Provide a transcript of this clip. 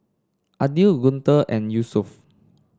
Aidil Guntur and Yusuf